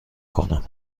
کنم